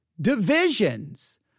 divisions